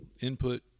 input